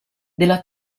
della